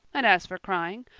and as for crying,